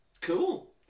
Cool